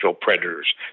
Predators